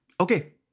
Okay